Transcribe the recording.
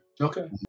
Okay